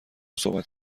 صحبت